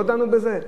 לא דנו בזה?